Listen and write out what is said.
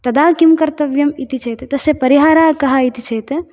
तदा किं कर्तव्यम् इति चेद् तस्य परिहारः कः इति चेद्